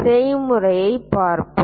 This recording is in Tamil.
செயல்முறை பார்ப்போம்